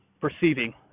perceiving